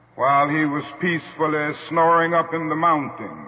while he was peacefully snoring up in the mountain,